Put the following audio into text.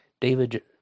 david